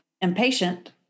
impatient